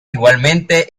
igualmente